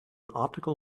optical